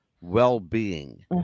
well-being